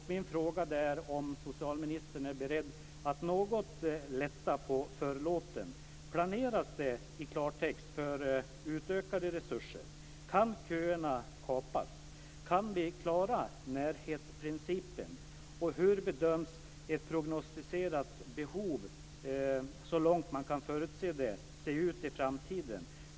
Min fråga är om socialministern är beredd att något lätta på förlåten. Planeras det i klartext för utökade resurser? Kan köerna kapas? Kan vi klara närhetsprincipen? Hur bedöms behovet, så långt man kan förutse det, se ut i framtiden?